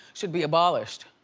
should be abolished.